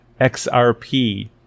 XRP